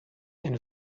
and